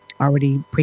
already